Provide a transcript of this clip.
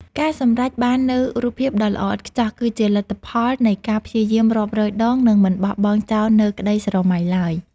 ការសម្រេចបាននូវរូបភាពដ៏ល្អឥតខ្ចោះ គឺជាលទ្ធផលនៃការព្យាយាមរាប់រយដង និងមិនបោះបង់ចោលនូវក្តីស្រមៃឡើយ។